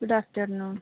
good afternoon